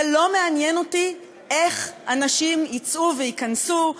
זה לא מעניין אותי איך אנשים יצאו וייכנסו,